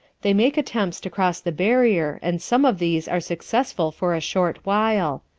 they make attempts to cross the barrier and some of these are successful for a short while.